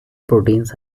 proteins